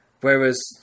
whereas